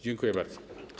Dziękuję bardzo.